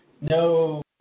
No